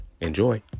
Enjoy